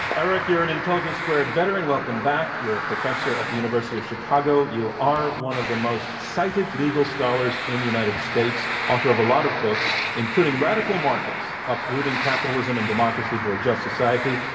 eric, you're an intelligence squared veteran. welcome back. you're a professor at the university of chicago. you are one of the most cited legal scholars in the united states, author of a lot of books, including radical markets uprooting capitalism and democracy for a just society,